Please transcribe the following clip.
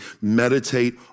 meditate